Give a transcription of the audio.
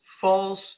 false